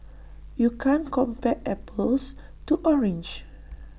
you can't compare apples to oranges